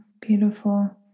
beautiful